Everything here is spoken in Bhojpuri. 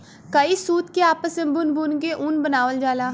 कई सूत के आपस मे बुन बुन के ऊन बनावल जाला